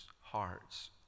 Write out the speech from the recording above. hearts